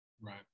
Right